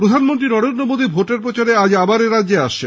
প্রধানমন্ত্রী নরেন্দ্র মোদী ভোটের প্রচারে আজ আবার এরাজ্যে আসছেন